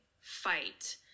fight